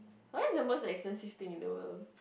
what is the most expensive thing in the world